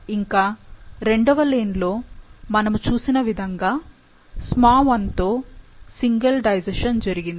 ఇంకా రెండవ లేన్ లో మనము చూసిన విధంగా SmaI తో సింగిల్ డైజేషన్ జరిగింది